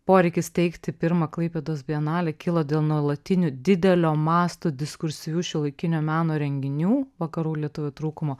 poreikis steigti pirmą klaipėdos bienalę kilo dėl nuolatinių didelio masto diskursyvių šiuolaikinio meno renginių vakarų lietuvoje trūkumo